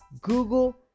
Google